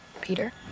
Peter